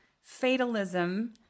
fatalism